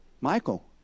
Michael